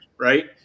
right